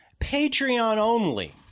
Patreon-only